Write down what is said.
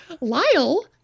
Lyle